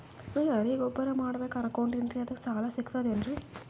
ನಾ ಎರಿಗೊಬ್ಬರ ಮಾಡಬೇಕು ಅನಕೊಂಡಿನ್ರಿ ಅದಕ ಸಾಲಾ ಸಿಗ್ತದೇನ್ರಿ?